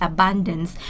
Abundance